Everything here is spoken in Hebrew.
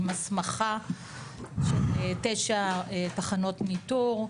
עם הסמכה של תשע תחנות ניטור.